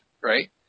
right